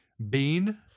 Bean